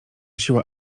siła